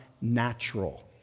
natural